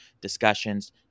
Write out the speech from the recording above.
discussions